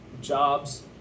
jobs